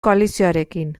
koalizioarekin